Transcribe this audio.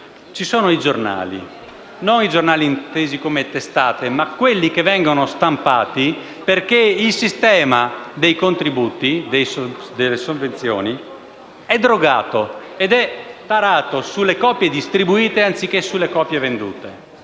ci sono i giornali; non i giornali intesi come testate, ma quelli che vengono stampati perché il sistema dei contributi e delle sovvenzioni è drogato ed è tarato sulle copie distribuite anziché sulle copie vendute.